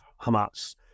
Hamas